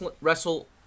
Wrestle